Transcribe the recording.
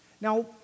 Now